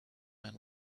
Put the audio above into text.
man